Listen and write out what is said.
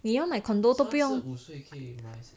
你要买 condo 都不用